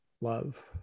love